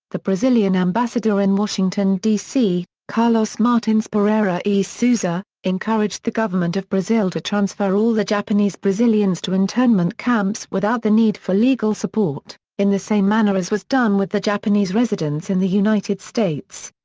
the brazilian ambassador in washington, d c, carlos martins pereira e sousa, encouraged the government of brazil to transfer all the japanese brazilians to internment camps without the need for legal support, in the same manner as was done with the japanese residents in the united states.